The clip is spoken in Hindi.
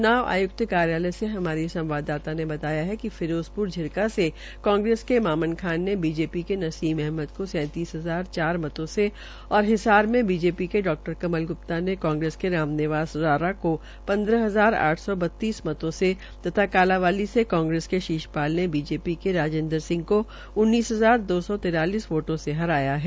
च्नाव आयुक्त कार्यकाल से हमारी संवाददाता ने बताया कि फिरोज़प्र झिरका से कांग्रेस के मामन रवान ने बीजेपी के नवीस अहमद को सैतीस हजार चार मतों और हिसार में बीजेपी के डॉ कमल ग्प्ता ने कांग्रेस के राम निवास को पन्दह हजार आठ सौ बतीस मतों से और कालांवाली से कांग्रेस के शशिपाल ने बीजेपी के राजेन्द्र सिंह को उन्नीस हजार दो सौ तिरालिस वोटों से हराया है